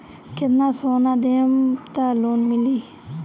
कितना सोना देहम त लोन मिली?